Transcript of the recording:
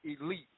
elite